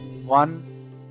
one